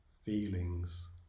feelings